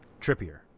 Trippier